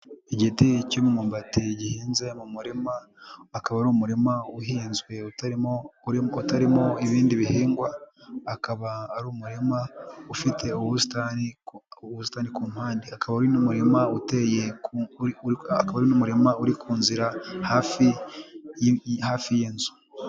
Igiti cy'ummbati gihinze mu murima, akaba ari umurima uhinzwe utarimo ibindi bihingwa, akaba ari umurima ufite ubusitani ku mpande, akaba ari n'umurima uri ku nzira hafi y'inzu.